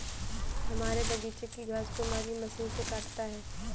हमारे बगीचे की घास को माली मशीन से काटता है